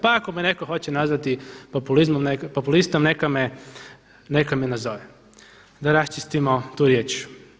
Pa ako me netko hoće nazvati populistom neka me nazove da raščistimo tu riječ.